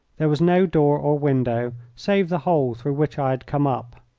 there was no door or window save the hole through which i had come up.